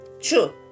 True